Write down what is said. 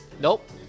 Nope